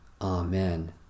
Amen